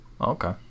okay